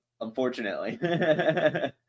unfortunately